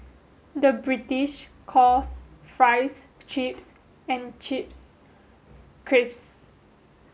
the British calls fries chips and chips crisps